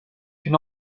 une